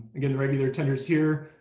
again the regular attenders here.